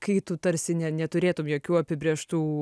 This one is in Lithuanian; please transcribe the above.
ir tokio tt kad kai tu tarsi ne neturėtum jokių apibrėžtų